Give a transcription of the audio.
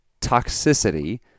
toxicity